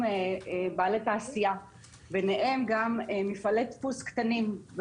בעלי תעשייה ביניהם גם מפעלי דפוס קטנים.